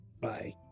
Bye